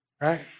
right